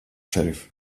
šerif